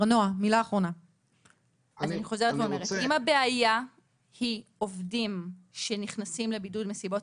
אם הבעיה היא עובדים שנכנסים לבידוד מסיבות